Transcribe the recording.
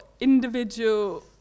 individual